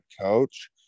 coach